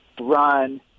run